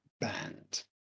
band